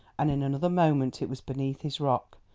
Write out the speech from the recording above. and in another moment it was beneath his rock,